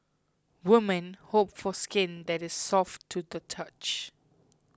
woman hope for skin that is soft to the touch